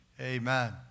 Amen